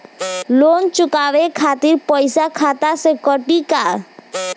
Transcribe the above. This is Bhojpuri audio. लोन चुकावे खातिर पईसा खाता से कटी का?